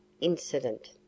incident